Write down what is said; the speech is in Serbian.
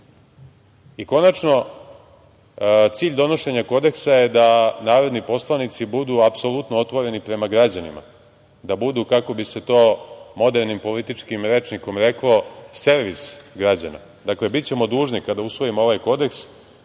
znaju. Konačno, cilj donošenja kodeksa je da narodni poslanici budu apsolutno otvoreni prema građanima, da budu, kako bi se to modernim političkim rečnikom reklo – servis građana. Dakle, bićemo dužni kada usvojimo ovaj kodeks